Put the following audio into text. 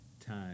Time